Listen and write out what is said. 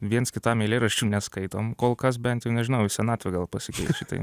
viens kitam eilėraščių neskaitom kol kas bent jau nežinau į senatvę gal pasakysiu tai